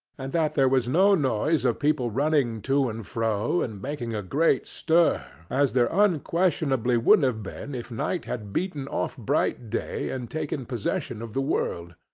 and that there was no noise of people running to and fro, and making a great stir, as there unquestionably would have been if night had beaten off bright day, and taken possession of the world.